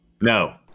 No